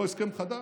לא על הסכם חדש,